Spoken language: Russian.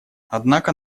однако